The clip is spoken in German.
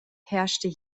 herrschte